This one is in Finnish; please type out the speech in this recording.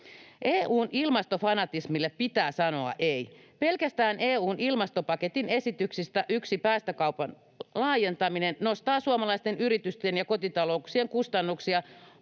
EU:n ilmastofanatismille pitää sanoa ei. Pelkästään yksi EU:n ilmastopaketin esityksistä, päästökaupan laajentaminen, nostaa suomalaisten yritysten ja kotitalouksien kustannuksia